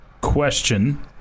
question